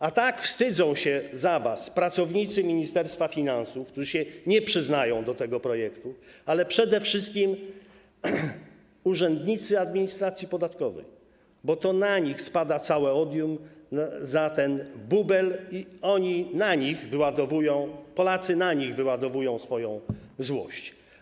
A tak wstydzą się za was pracownicy Ministerstwa Finansów, którzy się nie przyznają do tego projektu, ale przede wszystkim urzędnicy administracji podatkowej, bo to na nich spada całe odium za ten bubel i na nich Polacy wyładowują swoją złość.